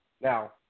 Now